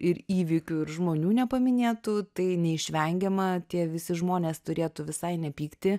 ir įvykių ir žmonių nepaminėtų tai neišvengiama tie visi žmonės turėtų visai nepykti